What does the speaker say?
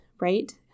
right